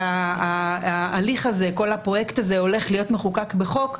כשכל הפרויקט הזה הולך להיות מחוקק בחוק,